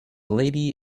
lady